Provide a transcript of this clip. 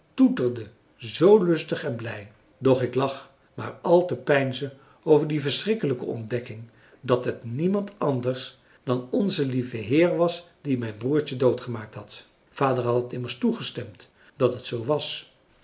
zoo lustig en blij doch ik lag maar al te peinzen over die françois haverschmidt familie en kennissen verschrikkelijke ontdekking dat het niemand anders dan onze lieve heer was die mijn broertje doodgemaakt had vader had immers toegestemd dat het zoo was